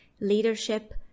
leadership